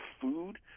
food